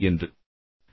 மற்ற விஷயமும் சாத்தியமே